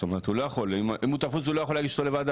זאת אומרת אם הוא תפוס הוא לא יכול להגיש אותו לוועדה,